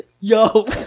yo